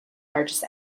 largest